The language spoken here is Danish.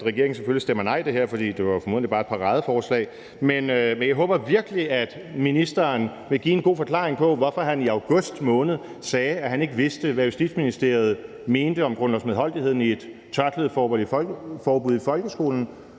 at regeringen selvfølgelig stemmer nej til det her, for det var formodentlig bare et paradeforslag, men jeg håber virkelig, at ministeren vil give en god forklaring på, hvorfor han i august måned sagde, at han ikke vidste, hvad Justitsministeriet mente om grundlovsmedholdigheden i et tørklædeforbud i folkeskolen,